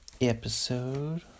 Episode